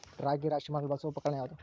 ರಾಗಿ ರಾಶಿ ಮಾಡಲು ಬಳಸುವ ಉಪಕರಣ ಯಾವುದು?